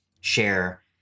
share